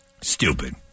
Stupid